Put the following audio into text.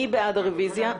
מי בעד הרביזיה?